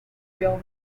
real